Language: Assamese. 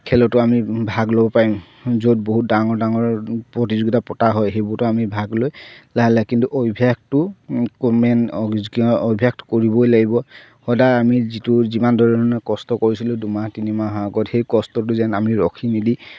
খেলতো আমি ভাগ ল'ব পাৰিম য'ত বহুত ডাঙৰ ডাঙৰ প্ৰতিযোগিতা পতা হয় সেইবোৰতো আমি ভাগ লৈ লাহে লাহে কিন্তু অভ্যাসটো মেইন অভ্যাসটো কৰিবই লাগিব সদায় আমি যিটো যিমান ধৰণে কষ্ট কৰিছিলোঁ দুমাহ তিনিমাহৰ আগত সেই কষ্টটো যেন আমি ৰখি মিলি